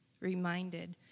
reminded